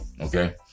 Okay